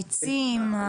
העצים?